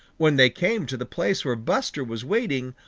when they came to the place where buster was waiting,